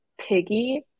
piggy